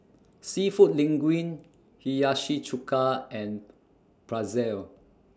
Seafood Linguine Hiyashi Chuka and Pretzel